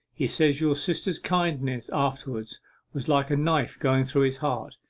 he says your sister's kindness afterwards was like a knife going through his heart.